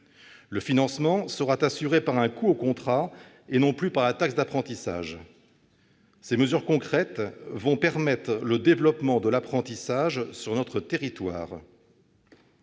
le financement sera assuré par un coût au contrat et non par la taxe d'apprentissage. Ces mesures concrètes vont permettre le développement de l'apprentissage sur notre territoire.